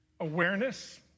awareness